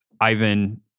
Ivan